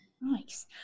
Nice